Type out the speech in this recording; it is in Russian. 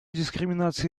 дискриминация